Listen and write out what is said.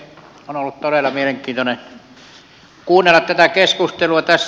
on ollut todella mielenkiintoista kuunnella tätä keskustelua tässä